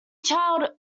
child